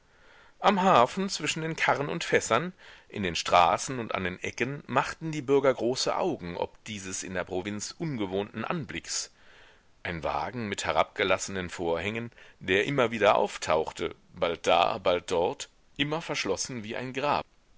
am hafen zwischen den karren und fässern in den strassen und an den ecken machten die bürger große augen ob dieses in der provinz ungewohnten anblicks ein wagen mir herabgelassenen vorhängen der immer wieder auftauchte bald da bald dort immer verschlossen wie ein grab